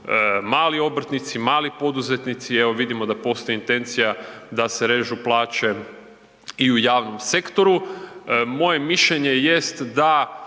mali obrtnici, mali poduzetnici. Evo vidimo da postoji intencija da se režu plaće i u javnom sektoru. Moje mišljenje jest da